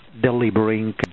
delivering